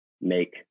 make